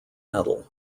medal